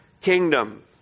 kingdom